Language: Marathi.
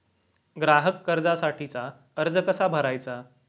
ग्राहक कर्जासाठीचा अर्ज कसा भरायचा?